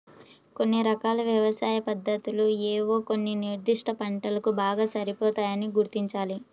కొన్ని రకాల వ్యవసాయ పద్ధతులు ఏవో కొన్ని నిర్దిష్ట పంటలకు బాగా సరిపోతాయని గుర్తించాలి